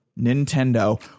Nintendo